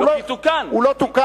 הוא תוקן.